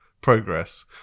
progress